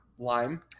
lime